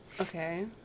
Okay